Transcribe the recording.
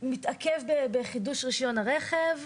התעכב בחידוש רישיון הרכב.